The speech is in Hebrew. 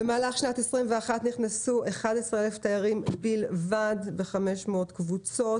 במהלך שנת 2021 נכנסו 11,000 תיירים בלבד ב-500 קבוצות,